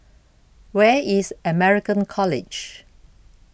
Where IS American College